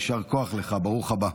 יישר כוח לך, ברוך הבא.